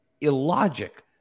illogic